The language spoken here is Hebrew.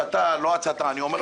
נושא החי והצומח והתשתיות שנפגעו.